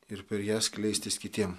ir per ją skleistis kitiem